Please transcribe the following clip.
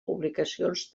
publicacions